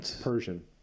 Persian